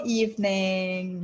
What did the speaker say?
evening